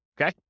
Okay